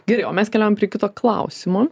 gerai o mes keliaujam prie kito klausimo